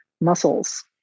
muscles